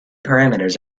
parameters